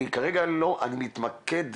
אני מתמקד